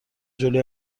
جلوی